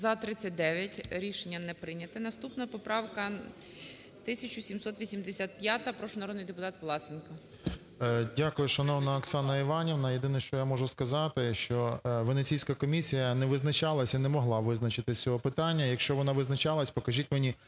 За-39 Рішення не прийняте. Наступна поправка - 1785-а. Прошу, народний депутат Власенко. 13:13:05 ВЛАСЕНКО С.В. Дякую, шановна Оксана Іванівна. Єдине, що я можу сказати, що Венеціанська комісія не визначалася і не могла визначитися з цього питання. Якщо вона визначалася, покажіть мені